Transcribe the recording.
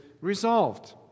resolved